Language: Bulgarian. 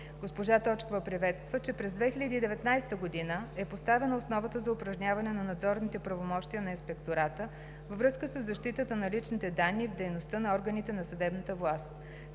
Госпожа Точкова приветства, че през 2019 г. е поставена основата за упражняване на надзорните правомощия на Инспектората във връзка със защитата на личните данни в дейността на органите на съдебната власт.